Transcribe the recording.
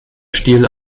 stil